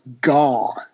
gone